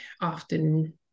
often